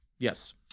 Yes